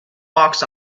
box